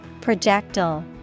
Projectile